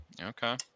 Okay